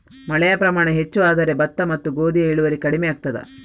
ಮಳೆಯ ಪ್ರಮಾಣ ಹೆಚ್ಚು ಆದರೆ ಭತ್ತ ಮತ್ತು ಗೋಧಿಯ ಇಳುವರಿ ಕಡಿಮೆ ಆಗುತ್ತದಾ?